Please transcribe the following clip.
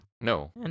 No